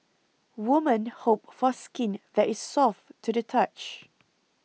women hope for skin that is soft to the touch